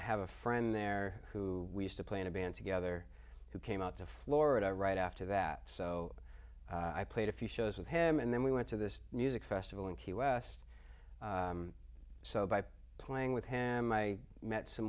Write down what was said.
i have a friend there who used to play in a band together who came out to florida right after that so i played a few shows with him and then we went to this music festival in key west so by playing with him i met some